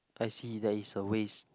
I see that is a waste